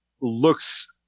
looks